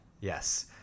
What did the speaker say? Yes